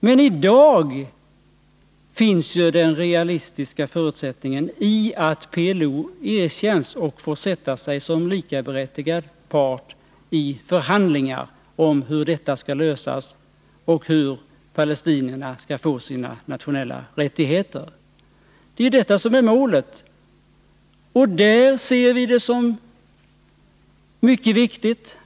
Men i dag finns ju den realistiska förutsättningen i att PLO erkänns och får sätta sig som likaberättigad part i förhandlingar om hur detta problem skall lösas och hur palestinierna skall få sina nationella rättigheter. Detta är ju målet, och det ser vi som mycket viktigt.